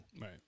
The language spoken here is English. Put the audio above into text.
Right